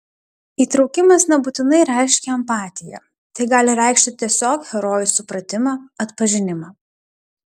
įtraukimas nebūtinai reiškia empatiją tai gali reikšti tiesiog herojų supratimą atpažinimą